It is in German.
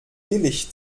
billig